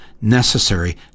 necessary